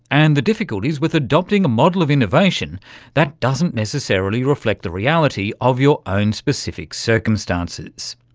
and the difficulties with adopting a model of innovation that doesn't necessarily reflect the reality of your own specific circumstances.